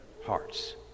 hearts